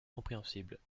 compréhensibles